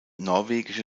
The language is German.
norwegische